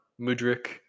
Mudrik